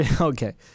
Okay